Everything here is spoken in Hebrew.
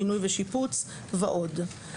בינוי ושיפוץ ועוד.